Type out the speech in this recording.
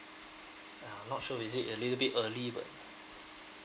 I'm not sure is it a little bit early but